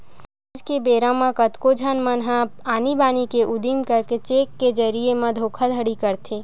आज के बेरा म कतको झन मन ह आनी बानी के उदिम करके चेक के जरिए म धोखाघड़ी करथे